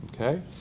okay